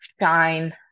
shine